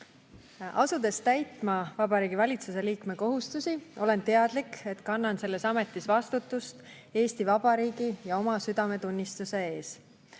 Asudes täitma Vabariigi Valitsuse liikme kohustusi, olen teadlik, et kannan selles ametis vastutust Eesti Vabariigi ja oma südametunnistuse ees.